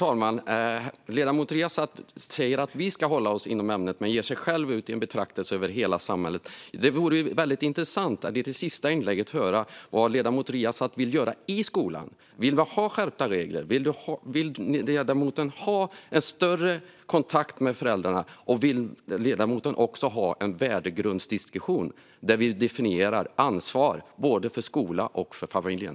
Herr talman! Ledamoten Riazat säger att vi ska hålla oss till ämnet men ger sig själv ut i en betraktelse över hela samhället. Det vore intressant att i det sista inlägget höra vad ledamoten Riazat vill göra i skolan. Vill ledamoten ha skärpta regler, en större kontakt med föräldrarna och en värdegrundsdiskussion där vi definierar ansvar både för skolan och för familjen?